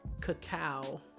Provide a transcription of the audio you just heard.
cacao